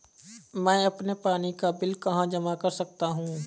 मैं अपने पानी का बिल कहाँ जमा कर सकता हूँ?